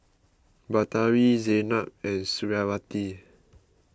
Batari Zaynab and Suriawati